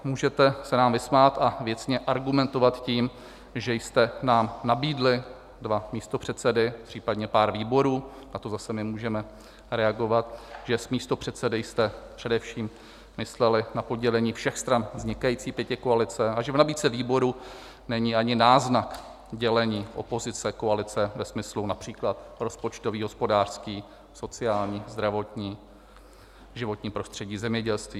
Můžete se nám vysmát a věcně argumentovat tím, že jste nám nabídli dva místopředsedy, případně pár výborů, a to zase my můžeme reagovat, že s místopředsedy jste především mysleli na podělení všech stran vznikající pětikoalice a že v nabídce výborů není ani náznak dělení opozicekoalice ve smyslu například rozpočtový, hospodářský, sociální, zdravotní, životní prostředí, zemědělský.